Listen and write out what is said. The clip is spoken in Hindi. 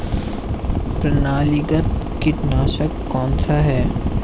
प्रणालीगत कीटनाशक कौन सा है?